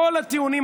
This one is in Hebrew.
כל הטיעונים,